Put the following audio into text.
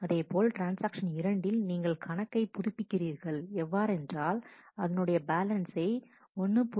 அதேபோல் ட்ரான்ஸ்ஆக்ஷன் இரண்டில் நீங்கள் கணக்கை புதுப்பி கிறீர்கள் எவ்வாறென்றால் அதனுடைய பேலன்சை 1